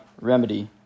remedy